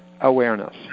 awareness